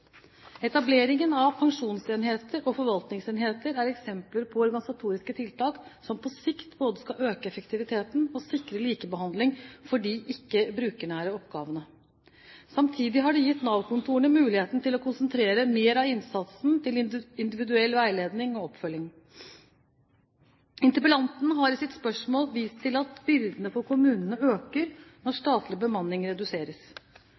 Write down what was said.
Etableringen av pensjonsenheter og forvaltningsenheter er eksempler på organisatoriske tiltak som på sikt både skal øke effektiviteten og sikre likebehandlingen for de ikke brukernære oppgavene. Samtidig har det gitt Nav-kontorene muligheten til å konsentrere mer av innsatsen til individuell veiledning og oppfølging. Interpellanten har i sitt spørsmål vist til at byrdene for kommunene øker når statlig bemanning reduseres.